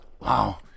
Wow